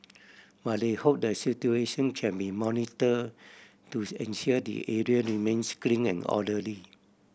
but they hope the situation can be monitor to ensure the area remains clean and orderly